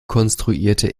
konstruierte